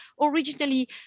originally